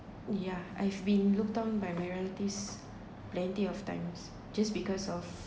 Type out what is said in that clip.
yeah I've been looked down by my relatives plenty of times just because of